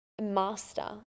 master